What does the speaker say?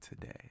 today